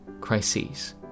Crises